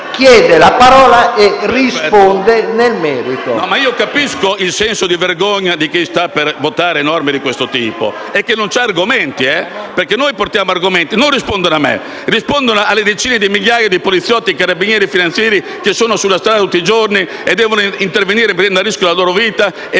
chieda la parola e risponda nel merito.